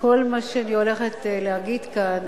כל מה שאני הולכת להגיד כאן,